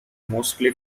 mostly